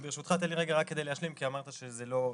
ברשותך, תן לי להשלים כי אמרת שזה סותר.